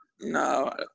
No